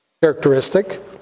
characteristic